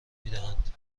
میدهند